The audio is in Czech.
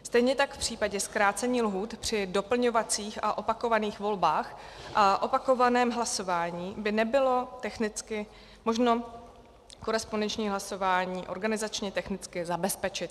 Stejně tak v případě zkrácení lhůt při doplňovacích a opakovaných volbách a opakovaném hlasování by nebylo technicky možno korespondenční hlasování organizačně technicky zabezpečit.